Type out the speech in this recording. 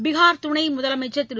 பீகார் துணை முதலமைச்சர் திரு